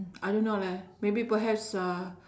I don't know lah maybe perhaps uh